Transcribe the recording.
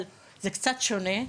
אבל זה קצת שונה,